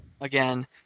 Again